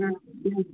ꯎꯝ ꯎꯝ